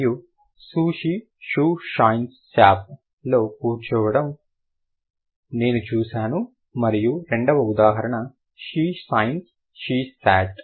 మరియు Susie shoe shine shop లో కూర్చోవడం నేను చూశాను మరియు రెండవ ఉదాహరణ she shines she sits